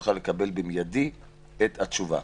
ושיוכל לקבל במיידית את התשובה.